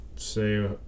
Say